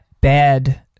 bad